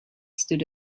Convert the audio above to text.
stood